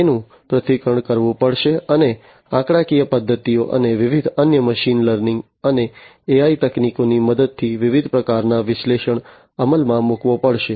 તેનું પૃથ્થકરણ કરવું પડશે અને આંકડાકીય પદ્ધતિઓ અને વિવિધ અન્ય મશીન લર્નિંગ અને AI તકનીકોની મદદથી વિવિધ પ્રકારનાં વિશ્લેષણો અમલમાં મૂકવા પડશે